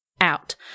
Out